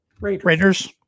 Raiders